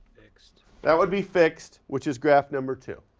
fixed. that would be fixed, which is graph number two.